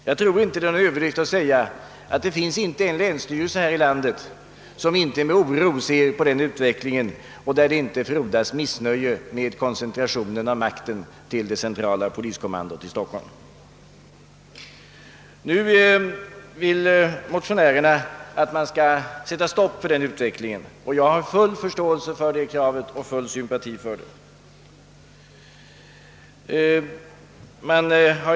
Jag tror inte det är någon överdrift att säga, att det inte finns någon länsstyrelse här i landet där man inte med oro ser på denna utveckling och där det inte förekommer missnöje med koncentrationen av makten till det centrala poliskommandot i Stockholm. Nu vill motionärerna att man skall sätta stopp för denna utveckling. Jag har full förståelse och sympati för detta krav.